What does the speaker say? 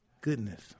goodness